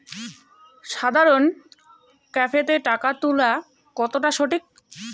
সাধারণ ক্যাফেতে টাকা তুলা কতটা সঠিক?